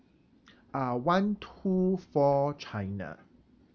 uh one two four china